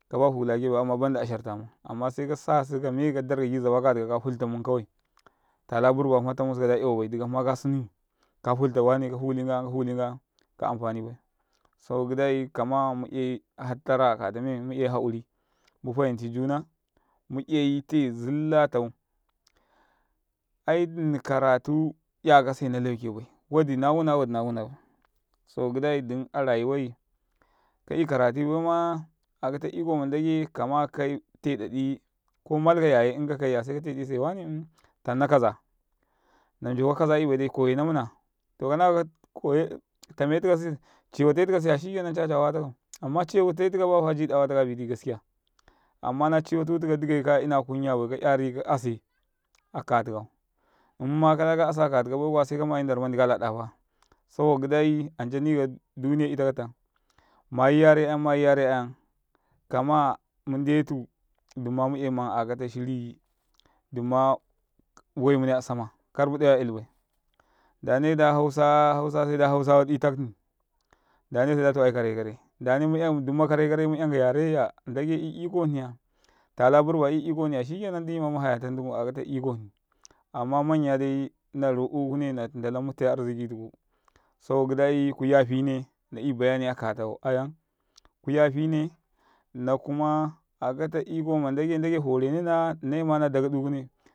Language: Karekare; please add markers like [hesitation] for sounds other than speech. ﻿Kaba falakabai amma banda asharta mun amma seka sasi kadarka gi zaba katikau ka fulta mun kawai. Tala burba kuma tamu sukada dika hma kasunui, ka fulta wane kafuli nga yam ka fulii ngayamika amfani bai saboka gidai kama mai yai hattara aka tame ma 'yai hairi mu fayinte juna mu yaite zillatu, ai ndini karatu yakase nalauke bai wadi nawuna wadina wunabai, saboka gidai dum arayuwai ka yu karatu baima akata iko mandga kama ka teɗaɗi ko malka yaye in kakakaiyase ka tadise wane um tana kaza na NAaka kazaibai ciwatena mana to kana [hesitation] ciwate tikabaya shikenan caca waya takau. Amma ciwate tikabaya jiɗa wataka biti jire. Amma naciwatu tikau, ka ina cawabaiba ka 'yari ka'ase aka tikau, imma kada kala asaaka tika bai kuwa se kamayi ndara mankalaɗata. Saboka gidai anca mikau yare ayam kama mundetu dumma mu 'yai mam akata shiriya dumma wai mune asama karm ɗawe a yelibai ndenese hausa da aikare kare ndane dumma kare-kare me yanka yareya ndagai i iko hni tala burba i iko hniya shikenan dumima muhaya tan tunku akata iko hni amma manya dai na. roukune nandalau mutai arziki tuku. Saba gidai kuyafine na 'ya bayani akatau a yami kuyafine nnakuma akata iko ma ndage ndage farenaya nnaima na dagadu kune.